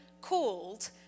called